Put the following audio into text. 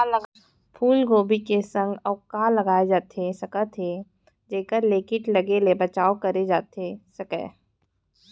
फूलगोभी के संग अऊ का लगाए जाथे सकत हे जेखर ले किट लगे ले बचाव करे जाथे सकय?